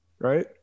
Right